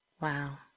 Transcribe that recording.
Wow